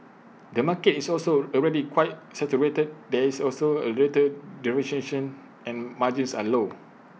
the market is also already quite saturated there is also A little and margins are low